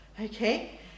okay